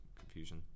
confusion